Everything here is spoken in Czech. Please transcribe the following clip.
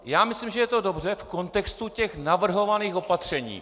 Já myslím, že je to dobře v kontextu těch navrhovaných opatření.